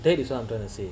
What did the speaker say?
that is I'm trying to say